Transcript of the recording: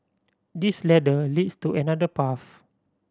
this ladder leads to another path